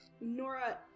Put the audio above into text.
Nora